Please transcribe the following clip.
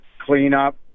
cleanup